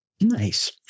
Nice